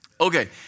Okay